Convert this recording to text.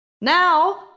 Now